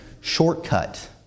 shortcut